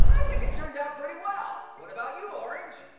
i think it turned out pretty well. what about you, orange?